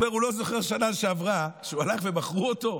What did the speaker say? הוא אומר: הוא לא זוכר שבשנה שעברה הוא הלך ומכרו אותו?